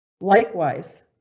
Likewise